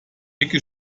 ecke